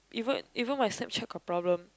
even even my Snapchat got problem